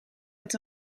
met